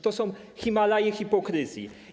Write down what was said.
To są Himalaje hipokryzji.